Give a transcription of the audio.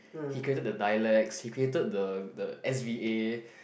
he created the dialect he created the the S_V_A